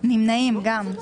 נמנעים גם.